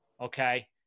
Okay